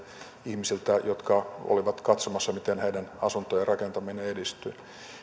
ihmisiltä jotka olivat katsomassa miten heidän asuntojensa rakentaminen edistyy no sitten